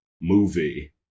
movie